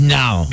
now